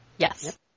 Yes